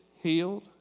healed